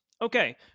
Okay